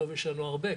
טוב יש לנו הרבה,